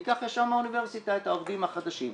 ניקח ישר מהאוניברסיטה את העובדים החדשים.